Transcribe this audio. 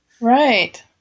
Right